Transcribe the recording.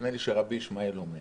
נדמה לי שרבי ישמעאל אומר.